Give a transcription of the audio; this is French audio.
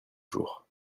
jours